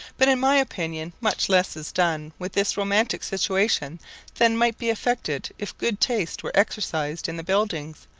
but, in my opinion, much less is done with this romantic situation than might be effected if good taste were exercised in the buildings,